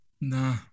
No